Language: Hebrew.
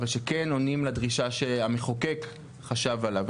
אבל שכן עונים לדרישה שהמחוקק חשב עליה.